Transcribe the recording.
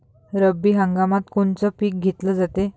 रब्बी हंगामात कोनचं पिक घेतलं जाते?